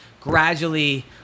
gradually